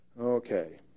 Okay